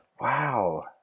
Wow